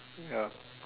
ya